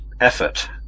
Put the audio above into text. effort